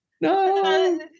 no